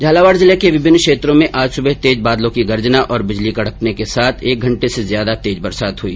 झालावाड़ जिले के विभिन क्षेत्रो में आज सुबह तेज बादलो की गर्जना और बिजली कड़कने के साथ एक घण्टे से ज्यादा तेज बरसात हुई